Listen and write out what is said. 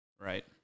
Right